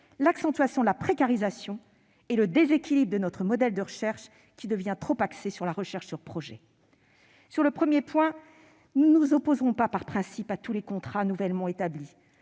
l'accentuation de la précarisation et le déséquilibre de notre modèle de recherche, qui devient trop axé sur la recherche sur projets. Sur le premier point, nous ne nous opposerons pas, par principe, à tous les contrats nouvellement établis.